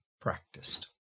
practiced